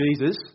Jesus